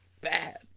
Bad